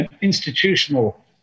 institutional